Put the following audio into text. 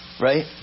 Right